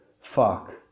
Fuck